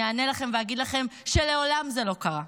אני אענה לכם ואגיד לכם שמעולם זה לא קרה.